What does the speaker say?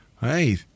hey